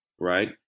right